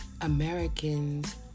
Americans